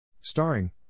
Starring